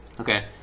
Okay